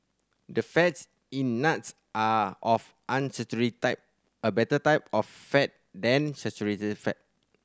the fats in nuts are of unsaturated type a better type of fat than saturated fat